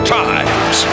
times